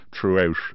throughout